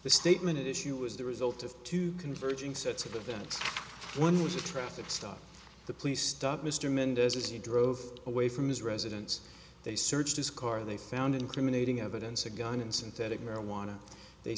the statement at issue is the result of two converging sets of events one was a traffic stop the police stop mr mendez as he drove away from his residence they searched his car they found incriminating evidence a gun and synthetic marijuana they